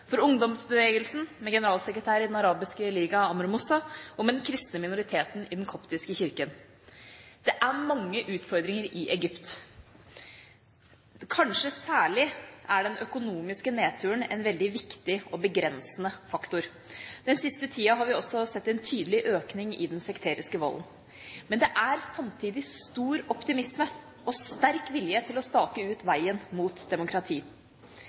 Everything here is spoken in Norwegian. for ungdomsbevegelsen, med generalsekretæren i Den arabiske liga, Amr Moussa, og med den kristne minoriteten i Den koptiske kirke. Det er mange utfordringer i Egypt. Kanskje særlig er den økonomiske nedturen en veldig viktig og begrensende faktor. Den siste tida har vi også sett en tydelig økning i den sekteriske volden. Men det er samtidig stor optimisme og sterk vilje til å stake ut veien mot demokrati.